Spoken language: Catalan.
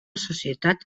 societat